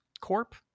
Corp